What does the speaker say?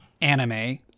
anime